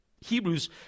Hebrews